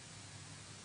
ה'